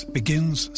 begins